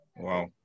wow